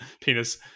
penis